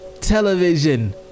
television